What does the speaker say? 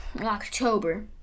October